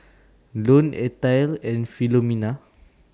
Lone Ethyle and Filomena